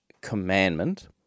commandment